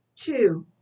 Two